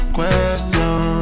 Question